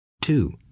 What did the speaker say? two